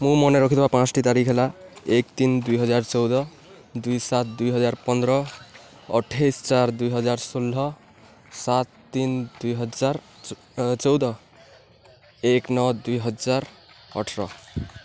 ମୁଁ ମନେ ରଖିଥିବା ପାଞ୍ଚଟି ତାରିଖ ହେଲା ଏକ ତିନି ଦୁଇ ହଜାର ଚଉଦ ଦୁଇ ସାତ ଦୁଇ ହଜାର ପନ୍ଦର ଅଠେଇଶି ଚାରି ଦୁଇ ହଜାର ଷୋହଳ ସାତ ତିନି ଦୁଇ ହଜାର ଚଉଦ ଏକ ନଅ ଦୁଇ ହଜାର ଅଠର